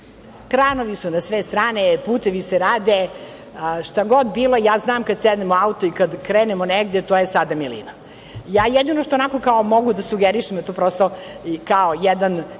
Kranovi su na sve strane, putevi se rade, šta god bilo, ja znam kad sednem u auto, kad krenemo negde, to je sada milina. Jedino što mogu da sugerišem, kao jedan